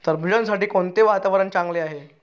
टरबूजासाठी कोणते वातावरण चांगले आहे?